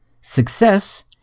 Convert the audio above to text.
Success